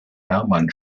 hermann